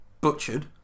butchered